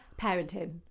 parenting